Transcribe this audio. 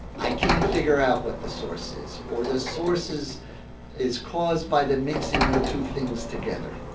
i can't figure out what the source is, or the source is is caused by the mixing of two things together.